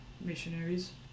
missionaries